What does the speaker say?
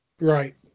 Right